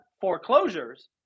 foreclosures